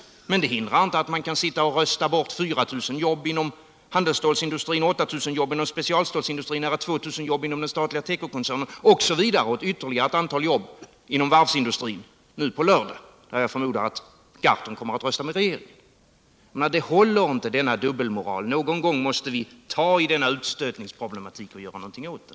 Men det hindrar inte att man kan rösta bort 4 000 jobb inom handelsstålindustrin, 8 000 jobb inom specialstålindustrin, 2 000 jobb inom den statliga tekokoncernen och ytterligare ett antal jobb inom exempelvis varvsindustrin nu på lördag. Jag förmodar att Per Gahrton här kommer att rösta med regeringen. Denna dubbelmoral håller inte. Någon gång måste vi ta tag i denna utstötningsproblematik och göra någonting åt den.